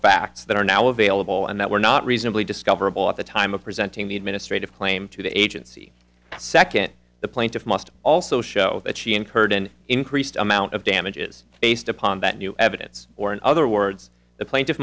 facts that are now available and that were not reasonably discoverable at the time of presenting the administrative claim to the agency second the plaintiff must also show that she incurred an increased amount of damages based upon that new evidence or in other words the plaintiff